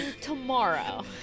tomorrow